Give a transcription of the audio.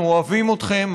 אנחנו אוהבים אתכם,